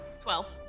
Twelve